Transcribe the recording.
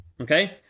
Okay